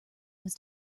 was